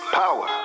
power